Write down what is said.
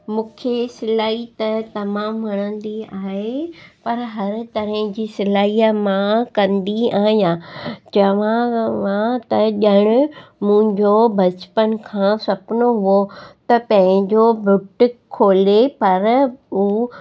मूंखे सिलाई त तमामु वणंदी आहे पर हर तरह जी सिलाई मां कंदी आहियां चवांव मां त ॼणु मुंहिंजो बचपन खां सपनो हुओ त पंहिंजो बुटिक खोले पर मूं